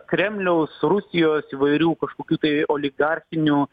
kremliaus rusijos įvairių kažkokių tai oligarchinių